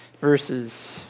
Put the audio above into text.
verses